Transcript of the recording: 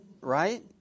Right